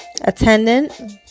attendant